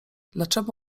dlaczemu